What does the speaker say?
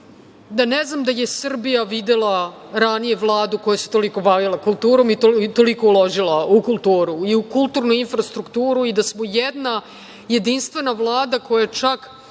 da ne znam da je Srbija videla ranije Vladu koja se toliko bavila kulturom i toliko uložila u kulturu i u kulturnu infrastrukturu i da smo jedna jedinstvena Vlada koja je